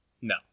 no